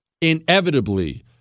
inevitably